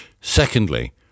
Secondly